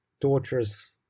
torturous